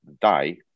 die